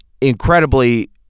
incredibly